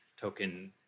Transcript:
token